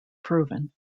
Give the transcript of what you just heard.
proven